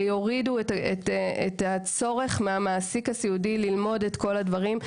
שיורידו את הצורך מהמעסיק הסיעודי ללמוד את כל הדברים.